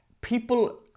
people